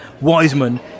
wiseman